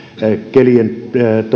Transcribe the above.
kelien